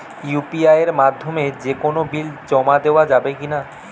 UPI এর মাধ্যমে যে কোনো বিল জমা দেওয়া যাবে কি না?